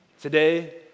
Today